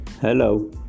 hello